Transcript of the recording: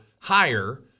higher